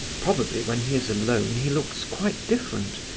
probably when he is alone he looks quite different,